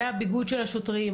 מהביגוד של השוטרים,